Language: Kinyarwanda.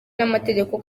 n’amategeko